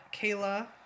Kayla